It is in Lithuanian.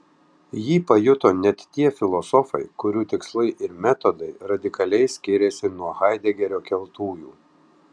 jį pajuto net tie filosofai kurių tikslai ir metodai radikaliai skiriasi nuo haidegerio keltųjų